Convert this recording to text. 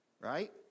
right